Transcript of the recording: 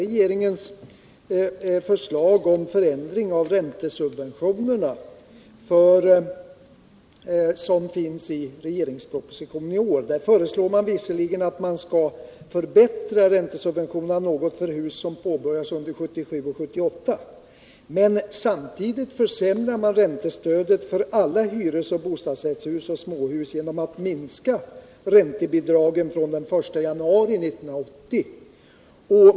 En annan åtgärd är det förslag om förändring av räntesubventionerna som finns i en regeringsproposition i år. Man föreslår visserligen att räntesubventionerna skall förbättras något för hus som påbörjas under 1977 och 1978, men samtidigt försämrar man räntestödet för alla hyreshus, bostadsrättshus och småhus genom att minska räntebidragen från den I januari 1980.